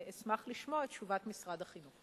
ואשמח לשמוע את תשובת משרד החינוך.